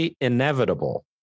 inevitable